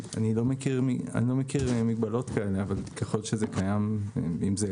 אני לא מכיר מגבלות כאלה, ככל שזה קיים ויעלה.